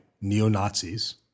neo-Nazis